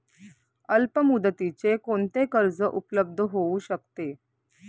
अल्पमुदतीचे कोणते कर्ज उपलब्ध होऊ शकते?